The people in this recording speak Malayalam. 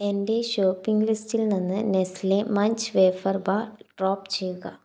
എന്റെ ഷോപ്പിംഗ് ലിസ്റ്റിൽ നിന്ന് Nestle Munch wafer bar drop ചെയ്യുക